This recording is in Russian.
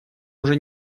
уже